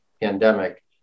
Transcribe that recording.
pandemic